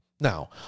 Now